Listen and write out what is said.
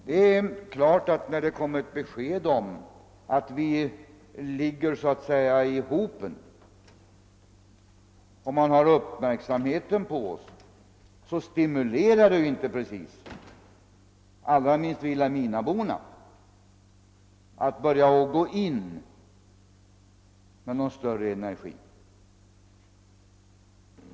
Det är klart att när det kommer ctt besked om att de så att säga ligger i hopen och att man endast har uppmärksamheten riktad på detta, så stimulerar det inte precis, allra minst Vilhelminaborna, att gå in med någon större energi.